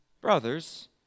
Brothers